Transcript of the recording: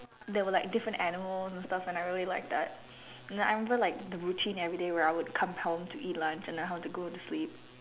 there were like different animals and stuff like that I really like that I remember like the routine everyday where I would come home to eat lunch and I have to go to sleep